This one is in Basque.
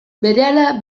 berehala